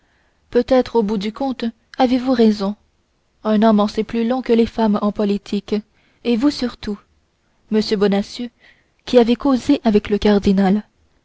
peut-être au bout du compte avez-vous raison un homme en sait plus long que les femmes en politique et vous surtout monsieur bonacieux qui avez causé avec le cardinal